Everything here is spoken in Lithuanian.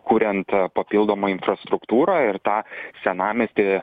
kuriant papildomą infrastruktūrą ir tą senamiestį